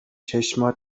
چشمات